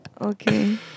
Okay